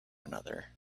another